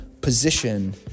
position